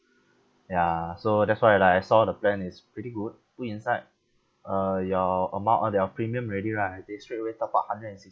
ya so that's why I like I saw the plan is pretty good put inside uh your amount on their premium already right they straightaway top up hundred and sixty